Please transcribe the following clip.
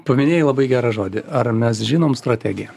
paminėjai labai gerą žodį ar mes žinom strategiją